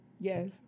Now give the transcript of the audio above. Yes